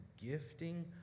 gifting